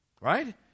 Right